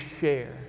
share